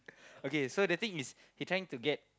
okay so the thing is he trying to get